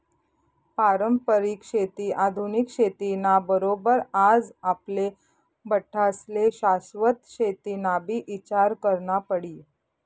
पारंपरिक शेती आधुनिक शेती ना बरोबर आज आपले बठ्ठास्ले शाश्वत शेतीनाबी ईचार करना पडी